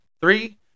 three